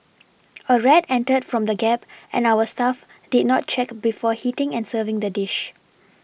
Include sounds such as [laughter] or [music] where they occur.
[noise] a rat entered from the gap and our staff did not check before heating and serving the dish